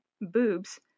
boobs